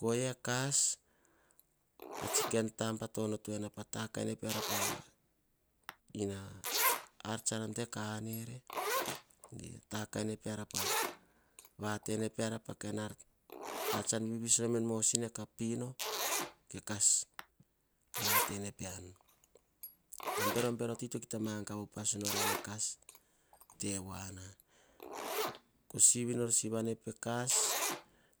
Koyia ekas, atsi taba to onoto na tso ta kane piara pa ar tsara de ka en ere vat tene peara pa tsan vivis no ka pino. Ke kas vate ene pean berobero tito kita nata nor ekas. Sivi nor sivi ove kas,